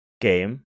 game